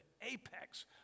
apex